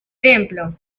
templo